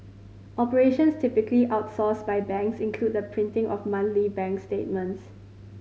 operations typically outsourced by banks include the printing of monthly bank statements